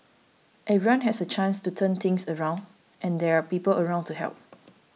everyone has a chance to turn things around and there are people around to help